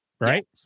Right